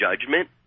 judgment